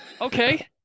okay